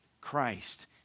Christ